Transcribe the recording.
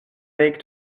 make